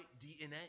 DNA